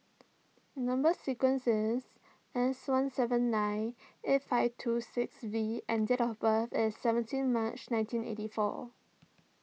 Number Sequence is S one seven nine eight five two six V and date of birth is seventeen March nineteen eighty four